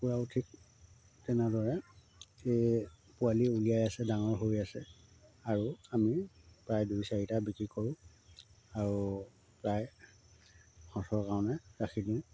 কুকুৰাও ঠিক তেনেদৰে এই পোৱালি উলিয়াই আছে ডাঙৰ হৈ আছে আৰু আমি প্ৰায় দুই চাৰিটা বিক্ৰী কৰোঁ আৰু প্ৰায় সঁচৰ কাৰণে ৰাখি দিওঁ